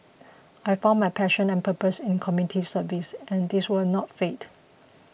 I found my passion and purpose in community service and this will not fade